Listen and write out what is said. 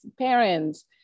parents